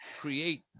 create